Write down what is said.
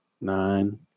nine